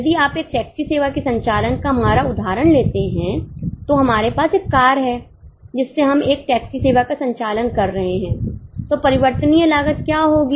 यदि आप एक टैक्सी सेवा के संचालन का हमारा उदाहरण लेते हैं तो हमारे पास एक कार है जिससे हम एक टैक्सी सेवा का संचालन कर रहे हैं तो परिवर्तनीय लागत क्या होगी